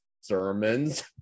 sermons